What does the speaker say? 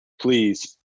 please